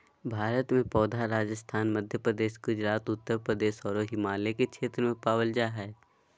भारत में पौधा राजस्थान, मध्यप्रदेश, गुजरात, उत्तरप्रदेश आरो हिमालय के क्षेत्र में पावल जा हई